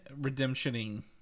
redemptioning